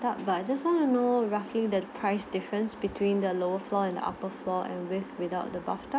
tub but I just want to know roughly the price difference between the lower floor and upper floor and with without the bathtub